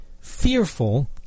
fearful